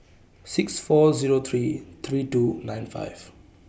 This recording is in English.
six four Zero three three two nine five